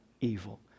evil